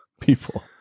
people